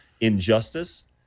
injustice